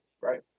Right